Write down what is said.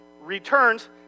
returns